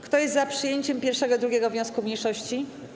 Kto jest za przyjęciem pierwszego i drugiego wniosku mniejszości?